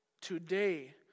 Today